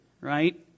Right